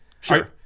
Sure